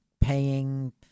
paying